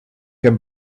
can